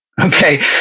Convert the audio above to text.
Okay